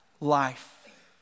life